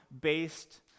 based